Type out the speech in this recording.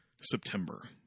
September